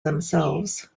themselves